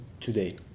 today